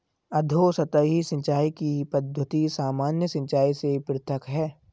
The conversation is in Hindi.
अधोसतही सिंचाई की पद्धति सामान्य सिंचाई से पृथक है